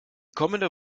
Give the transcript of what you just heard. kommende